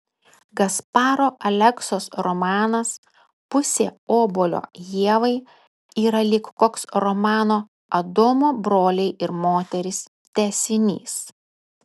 gasparo aleksos romanas pusė obuolio ievai yra lyg koks romano adomo broliai ir moterys tęsinys